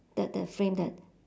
the the frame that